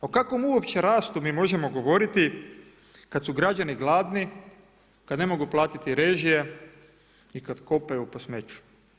O kakvom uopće rastu mi možemo govoriti kad su građani gladni, kad ne mogu platiti režije i kad kopaju po smeću?